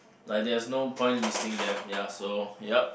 like there's not point listing them ya so ya